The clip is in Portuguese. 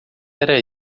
era